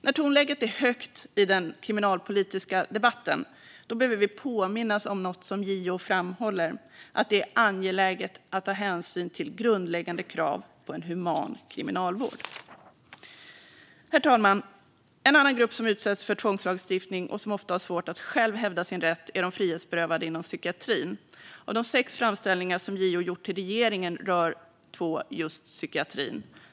När tonläget är högt i den kriminalpolitiska debatten behöver vi påminna oss om något som JO framhåller: att det är angeläget att ta hänsyn till grundläggande krav på en human kriminalvård. Herr talman! En annan grupp som utsätts för tvångslagstiftning och som ofta har svårt att själv hävda sin rätt är de frihetsberövade inom psykiatrin. Av de sex framställningar som JO gjort till regeringen rör två just psykiatrin.